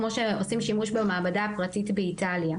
כמו שעושים שימוש במעבדה הפרטית באיטליה,